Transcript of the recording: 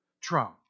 Trump